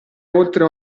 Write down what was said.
oltre